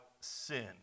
sin